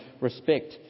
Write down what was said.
respect